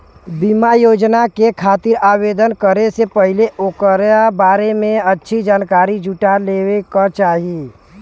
बीमा योजना के खातिर आवेदन करे से पहिले ओकरा बारें में अच्छी जानकारी जुटा लेवे क चाही